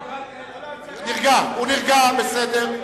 הוא נרגע, בסדר.